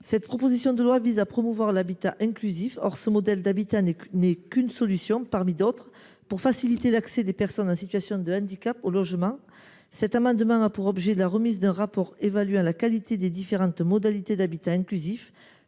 Cette proposition de loi vise à promouvoir l’habitat inclusif. Or ce modèle d’habitat ne constitue qu’une solution, parmi d’autres, pour faciliter l’accès des personnes en situation de handicap au logement. Cet amendement a pour objet la remise au Parlement d’un rapport évaluant la qualité des différents dispositifs d’habitat inclusif